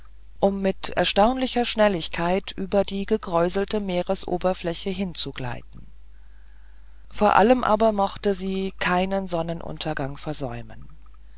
um mit erstaunlicher schnelligkeit über die gekräuselte meeresfläche hinzugleiten vor allem aber mochte sie keinen sonnenuntergang versäumen